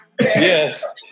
Yes